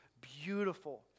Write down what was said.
beautiful